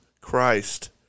Christ